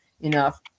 enough